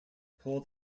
pulled